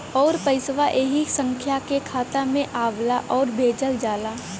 आउर पइसवा ऐही संख्या के खाता मे आवला आउर भेजल जाला